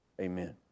Amen